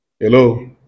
hello